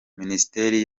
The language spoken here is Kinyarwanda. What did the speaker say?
minisiteri